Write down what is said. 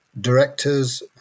directors